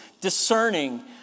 discerning